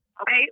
Okay